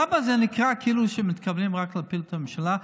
למה זה נקרא כאילו שמתכוונים רק להפיל את הממשלה,